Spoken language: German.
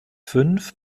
fünf